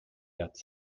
herz